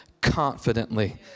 confidently